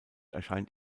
erscheint